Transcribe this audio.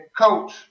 Coach